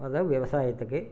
அதுதான் விவசாயத்துக்கு